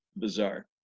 bizarre